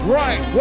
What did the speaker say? right